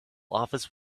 office